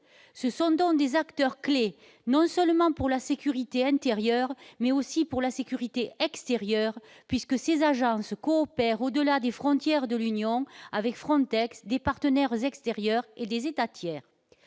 ce sont donc des acteurs clés non seulement pour la sécurité intérieure, mais aussi pour la sécurité extérieure, puisque ces agences coopèrent au-delà des frontières de l'Union avec Frontex des partenaires extérieurs et des États tiers